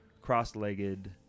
cross-legged